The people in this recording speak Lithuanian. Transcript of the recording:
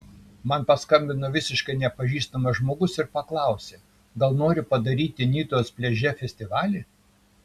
man paskambino visiškai nepažįstamas žmogus ir paklausė gal nori padaryti nidos pliaže festivalį